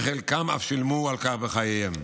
וחלקם אף שילמו על כך בחייהם.